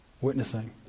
witnessing